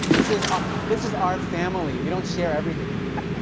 this is ah this is our family. we don't share everything with you.